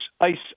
ice